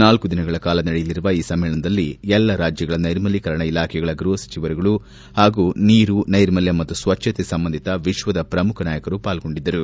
ನಾಲ್ಕು ದಿನಗಳ ಕಾಲ ನಡೆಯಲಿರುವ ಈ ಸಮ್ನೇಳನದಲ್ಲಿ ಎಲ್ಲಾ ರಾಜ್ಗಳ ನೈರ್ಮಲೀಕರಣ ಇಲಾಖೆಗಳ ಸಚಿವರುಗಳು ಹಾಗೂ ನೀರು ನೈರ್ಮಲ್ಲ ಮತ್ತು ಸ್ವಚ್ಞತೆ ಸಂಬಂಧಿತ ವಿಶ್ವದ ಪ್ರಮುಖ ನಾಯಕರು ಪಾಲ್ಗೊಂಡಿದ್ದರು